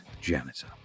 janitor